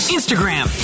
Instagram